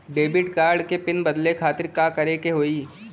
Debit card क PIN बदले खातिर का करेके होई?